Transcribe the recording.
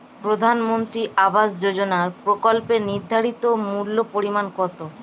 প্রধানমন্ত্রী আবাস যোজনার প্রকল্পের নির্ধারিত মূল্যে পরিমাণ কত?